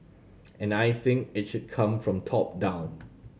and I think it should come from top down